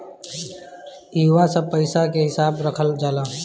इहवा सब पईसा के हिसाब रखल जाला